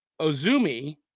Ozumi